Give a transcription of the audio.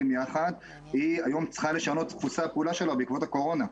יחד היום צריכה לשנות את דפוסי הפעולה שלה בעקבות הקורונה.